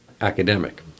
academic